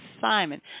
Simon